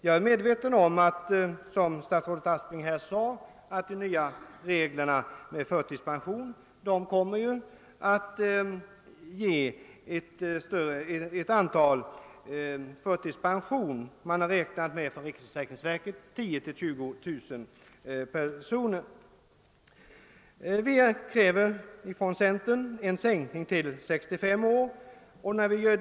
Jag är medveten om att, som statsrådet Aspling sade, de nya reglerna för förtidspension kommer att ge ett större antal personer förtidspension — riksförsäkringsverket har räknat med Vi kräver från centerns sida en sänkning till 65 år.